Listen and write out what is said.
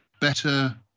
better